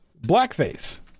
blackface